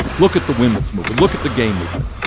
look at the women's movement. look at the gay movement.